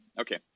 okay